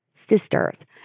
sisters